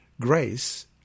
grace